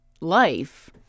life